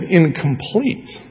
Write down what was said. incomplete